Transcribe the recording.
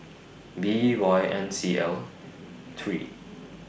B Y N C L three